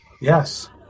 Yes